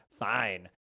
fine